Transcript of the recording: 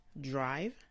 Drive